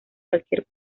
cualquier